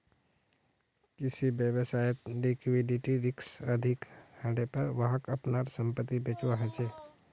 किसी व्यवसायत लिक्विडिटी रिक्स अधिक हलेपर वहाक अपनार संपत्ति बेचवा ह छ